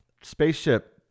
spaceship